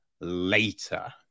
later